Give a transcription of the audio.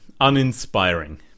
uninspiring